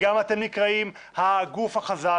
וגם אתם נקראים הגוף החזק,